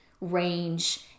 range